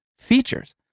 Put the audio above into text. features